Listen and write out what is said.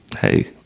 hey